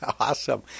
Awesome